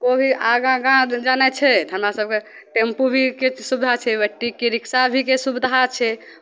कोइ भी आगाँ आगाँ जानै छै तऽ हमरा सभके टेम्पूके भी सुविधा छै होयबे टीकी रिक्शाके भी सुविधा छै